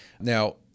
Now